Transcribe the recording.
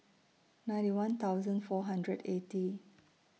ninety one thousand four hundred eighty